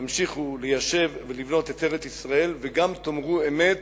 תמשיכו ליישב ולבנות את ארץ-ישראל וגם תאמרו אמת